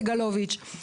סגלוביץ׳,